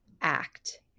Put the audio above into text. act